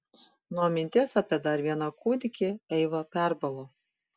nuo minties apie dar vieną kūdikį eiva perbalo